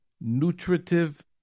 nutritive